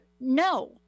No